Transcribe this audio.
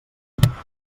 litúrgia